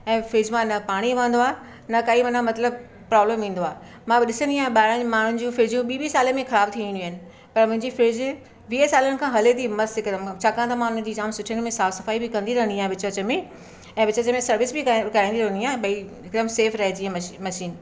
ऐं फ्रिज मां न पाणी वहंदो आहे न काई माना मतिलबु प्रॉब्लम ईंदो आहे मां उहो ॾिसंदी आहियां ॿाहिरिनि जे माण्हुनि जूं फ्रिजियूं ॿी ॿी साले में ख़राबु थी वेंदियूं आहिनि त मुंहिंजी फ्रिज वीह सालनि खां हले थी मस्तु हिकदमि छाकाणि त मां हुन जी जामु सुठे नमूने साफ़ु सफ़ाई बि कंदी रहंदी आहियां विच विच में ऐं विच विच में सर्विस बि करा कराईंदी रहंदी आहियां भई हिकदमि सेफ रहे जीअं मशी मशीन